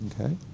Okay